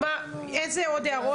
איזה עוד הערות?